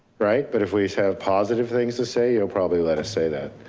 right, but if we have positive things to say, you'll probably let us say that.